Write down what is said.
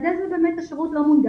כי בלעדי זה השירות באמת לא מונגש,